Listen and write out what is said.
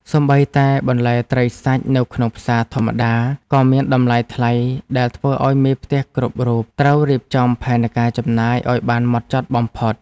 សូម្បីតែបន្លែត្រីសាច់នៅក្នុងផ្សារធម្មតាក៏មានតម្លៃថ្លៃដែលធ្វើឱ្យមេផ្ទះគ្រប់រូបត្រូវរៀបចំផែនការចំណាយឱ្យបានហ្មត់ចត់បំផុត។